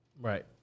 Right